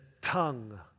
tongue